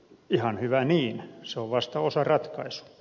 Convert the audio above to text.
ihan hyvä niin se on vasta osaratkaisu